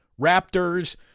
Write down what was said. Raptors